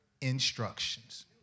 instructions